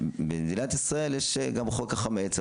במדינת ישראל יש גם את חוק החמץ,